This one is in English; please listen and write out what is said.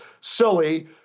silly